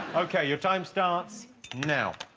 okay your time starts now